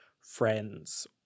friends